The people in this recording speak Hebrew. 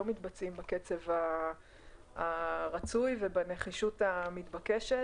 מתבצעים בקצב הרצוי ובנחישות המתבקשת,